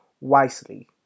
wisely